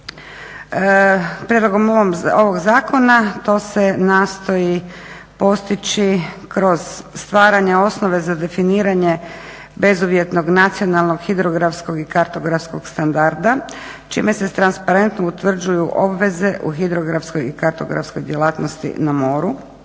Prijedlogom ovog zakona to se nastoji postići kroz stvaranje osnove za definiranje bezuvjetnog nacionalnog hidrografskog i kartografskog standarda čime se s transparentnom utvrđuju obaveze u hidrografskoj i kartografskoj djelatnosti na moru.